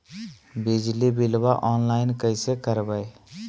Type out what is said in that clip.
बिजली बिलाबा ऑनलाइन कैसे करबै?